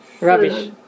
Rubbish